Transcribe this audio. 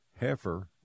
heifer